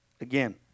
Again